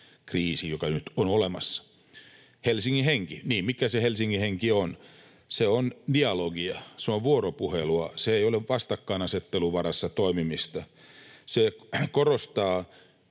kriisi, joka nyt on olemassa. Helsingin henki — niin, mikä se Helsingin henki on? Se on dialogia, se on vuoropuhelua. Se ei ole vastakkainasettelun varassa toimimista. Se korostaa